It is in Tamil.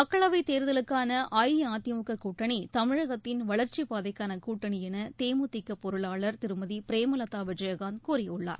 மக்களவைத் தேர்தலுக்கான அஇஅதிமுக கூட்டணி தமிழகத்தின் வளர்ச்சிப் பாதைக்கான கூட்டணி என தேமுதிக பொருளாளர் திருமதி பிரேமலதா விஜயகாந்த் கூறியுள்ளார்